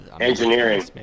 Engineering